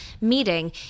meeting